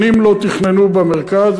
שנים לא תכננו במרכז,